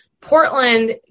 Portland